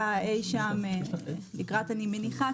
אני מניחה,